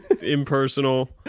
impersonal